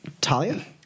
Talia